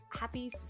happy